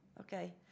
Okay